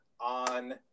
on